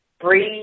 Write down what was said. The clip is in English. breathe